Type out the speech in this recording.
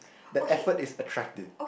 the effort is attractive